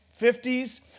50s